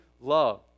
love